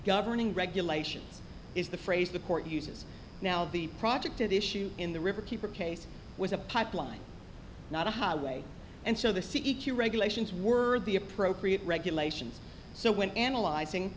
governing regulations is the phrase the court uses now the project at issue in the riverkeeper case was a pipeline not a highway and so the c e q regulations were the appropriate regulations so when analyzing